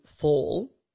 fall